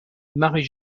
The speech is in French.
marie